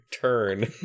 turn